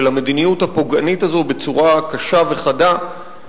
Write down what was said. המדיניות הפוגענית הזו בצורה קשה וחדה.